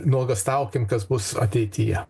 nuogąstaukim kas bus ateityje